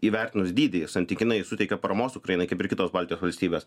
įvertinus dydį santykinai suteikia paramos ukrainai kaip ir kitos baltijos valstybės